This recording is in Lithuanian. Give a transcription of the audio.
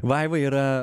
vaiva yra